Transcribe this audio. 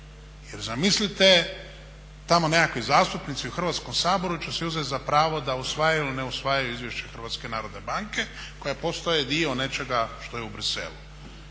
jel zamislite tamo neki zastupnici u Hrvatskom saboru će si uzeti za pravo da usvajaju ili ne usvajaju izvješće HNB što postaje dio nečega što je u Bruxellesu.